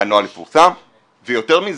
יותר מזה,